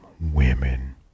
women